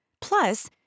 Plus